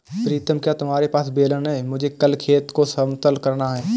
प्रीतम क्या तुम्हारे पास बेलन है मुझे कल खेत को समतल करना है?